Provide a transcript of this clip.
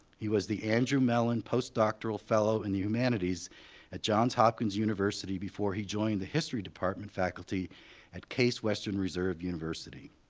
he was the andrew mellon post-doctoral fellow in the humanities at johns hopkins university before he joined the history department faculty at case western reserve university.